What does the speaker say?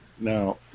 Now